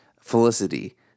felicity